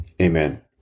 Amen